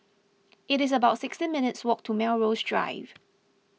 it's about sixteen minutes' walk to Melrose Drive